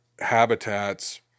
habitats